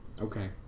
Okay